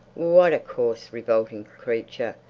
what a coarse, revolting creature!